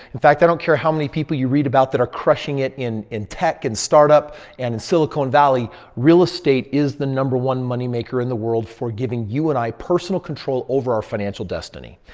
in fact, i don't care how many people you read about that are crushing it in in tech and startup and in silicon valley. real estate is the number one moneymaker in the world for giving you and i personal control over our financial destiny.